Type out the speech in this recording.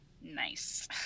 nice